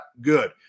good